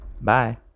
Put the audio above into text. Bye